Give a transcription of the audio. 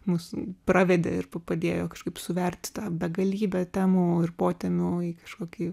mus pravedė ir pa padėjo kažkaip suverti tą begalybę temų ir potėmių į kažkokį